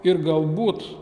ir galbūt